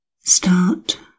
Start